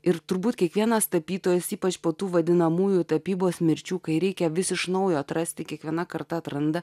ir turbūt kiekvienas tapytojas ypač po tų vadinamųjų tapybos mirčių kai reikia vis iš naujo atrasti kiekviena karta atranda